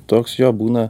toks jo būna